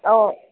ஓ